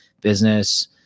business